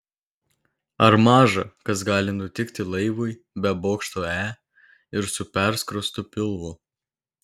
ar maža kas gali nutikti laivui be bokšto e ir su perskrostu pilvu